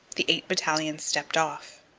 the eight battalions stepped off,